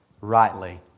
rightly